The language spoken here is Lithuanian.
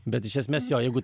bet iš esmės jeigu